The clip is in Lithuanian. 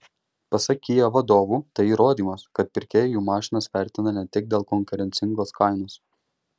pasak kia vadovų tai įrodymas kad pirkėjai jų mašinas vertina ne tik dėl konkurencingos kainos